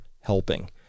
helping